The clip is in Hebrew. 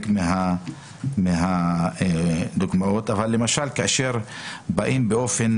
חלק מהדוגמאות אבל למשל כאשר באים באופן